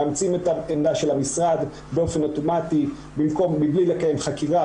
מאמצים את העמדה של המשרד באופן אוטומטי מבלי לקיים חקירה,